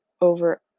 over